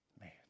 Man